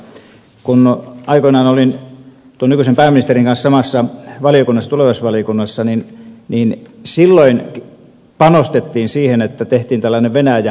kun aikoinaan olin nykyisen pääministerin kanssa samassa valiokunnassa tulevaisuusvaliokunnassa niin silloin panostettiin siihen että tehtiin tällainen venäjä ohjelma